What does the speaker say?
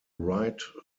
right